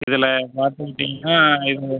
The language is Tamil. இதில் பார்த்துக்கிட்டீங்கனா இது